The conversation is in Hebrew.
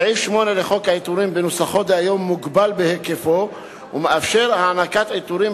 סעיף 8 לחוק העיטורים בנוסחו דהיום מוגבל בהיקפו ומאפשר הענקת עיטורים